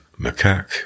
macaque